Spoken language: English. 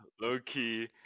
low-key